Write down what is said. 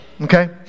Okay